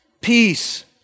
peace